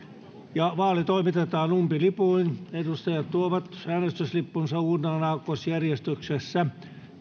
vaali toimitetaan umpilipuin edustajat tuovat äänestyslippunsa uurnaan aakkosjärjestyksessä